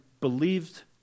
believed